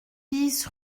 bis